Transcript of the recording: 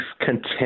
content